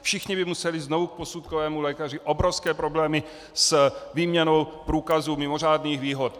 Všichni by museli znovu k posudkovému lékaři, obrovské problémy s výměnou průkazů mimořádných výhod.